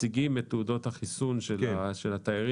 מציגים את תעודות החיסון של התיירים,